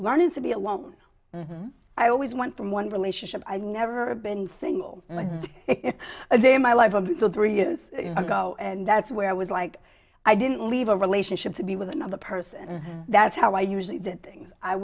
learn to be alone i always went from one relationship i've never been single a day in my life until three years ago and that's where i was like i didn't leave a relationship to be with another person and that's how i usually did things i